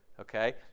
okay